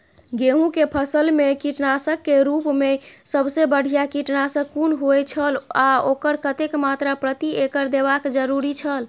गेहूं के फसल मेय कीटनाशक के रुप मेय सबसे बढ़िया कीटनाशक कुन होए छल आ ओकर कतेक मात्रा प्रति एकड़ देबाक जरुरी छल?